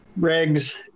regs